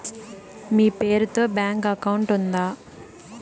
మీ పేరు తో bank account ఉందా?